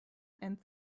and